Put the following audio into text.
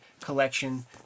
collection